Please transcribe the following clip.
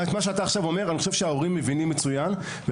אני חושב שההורים מבינים מצוין את הדברים שאת אומר עכשיו,